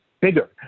bigger